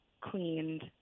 cleaned